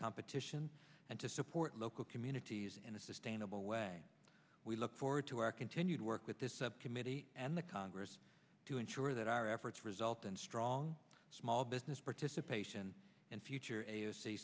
competition and to support local communities in a sustainable way we look forward to our continued work with this committee and the congress to ensure that our efforts result in strong small business participation and future a